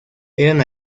eran